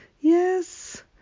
yes